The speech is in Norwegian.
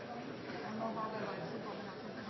han